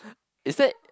is that